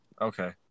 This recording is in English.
Okay